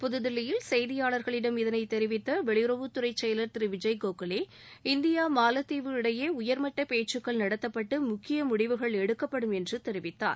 புதுதில்லியில் செய்தியாளர்களிடம் இதனை தெரிவித்த வெளியுறவுத்துறை செயலர் விஜய் கோகலே இந்தியர் மாலத்தீவு இடையே உயர்மட்ட பேச்சுக்கள் நடத்தப்பட்டு முக்கிய முடிவுகள் எடுக்கப்படும் என்றும் தெரிவித்தார்